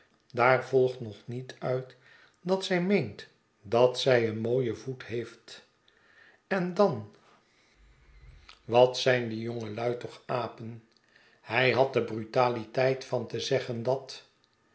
daar volgt nog niet uit dat zij meent dat zij een mooien v oet heeft en dan wat zijn die jongelm toch apen hij had de brutaliteit van te zeggen dat